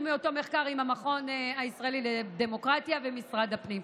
מאותו מחקר של המכון הישראלי לדמוקרטיה ומשרד הפנים.